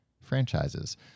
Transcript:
franchises